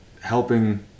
helping